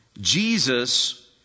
Jesus